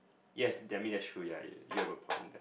yes damn it that's true ya you have a point